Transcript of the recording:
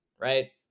Right